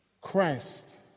Christ